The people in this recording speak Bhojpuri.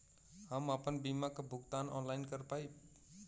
हम आपन बीमा क भुगतान ऑनलाइन कर पाईब?